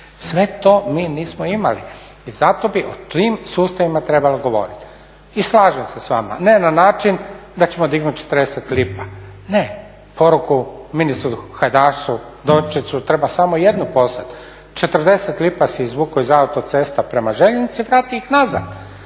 Sve to mi nismo imali i zato bi o tim sustavima trebalo govoriti i slažem se s vama, ne na način da ćemo dignut 40 lipa, ne, poruku ministru Hajdaš Dončiću treba samo jednu poslat. 40 lipa si izvukao iz autocesta prema željeznici, vrati ih nazad